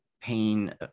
pain